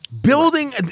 Building